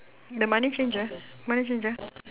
the money changer money changer